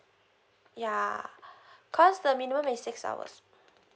yeah cause the minimum is six hours